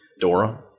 Dora